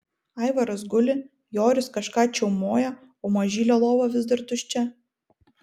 aivaras guli joris kažką čiaumoja o mažylio lova vis dar tuščia